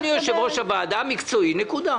אני יושב-ראש הוועדה מקצועי, נקודה.